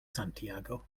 santiago